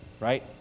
right